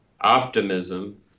Optimism